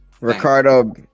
Ricardo